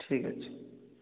ଠିକ୍ ଅଛି